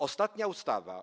Ostatnia ustawa.